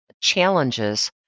challenges